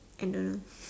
I don't know